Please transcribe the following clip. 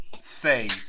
say